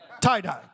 tie-dye